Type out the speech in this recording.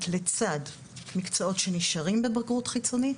לצד מקצועות שנשארים בבגרות חיצונית,